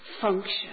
function